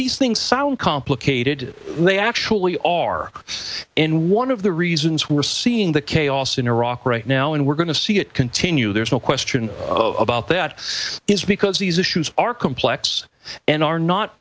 these things sound complicated they actually are and one of the reasons we're seeing the chaos in iraq right now and we're going to see it continue there's no question about that is because these issues are complex and are not